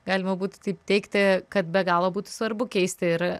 galima būtų taip teigti kad be galo būtų svarbu keisti ir